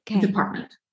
department